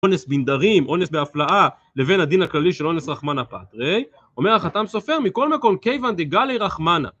אונס בנדרים, אונס בהפלאה, לבין הדין הכללי של אונס רחמנה פאטרי אומר החתם סופר מכל מקום קייבן דה גלי רחמנה